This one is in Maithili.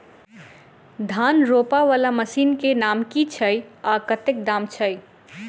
धान रोपा वला मशीन केँ नाम की छैय आ कतेक दाम छैय?